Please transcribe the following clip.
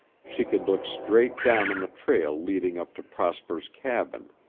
she could look straight down on the trail leading up to prosper's cabin.